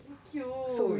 too cute